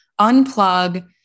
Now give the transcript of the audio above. Unplug